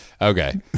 Okay